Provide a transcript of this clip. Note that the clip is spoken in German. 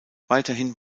weiterhin